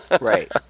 Right